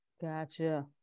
gotcha